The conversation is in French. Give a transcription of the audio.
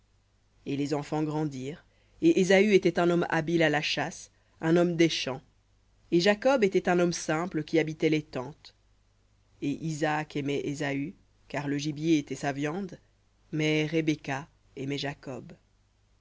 et les enfants grandirent et ésaü était un homme habile à la chasse un homme des champs et jacob était un homme simple qui habitait les tentes et isaac aimait ésaü car le gibier était sa viande mais rebecca aimait jacob